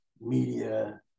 media